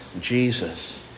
Jesus